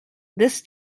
this